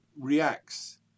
reacts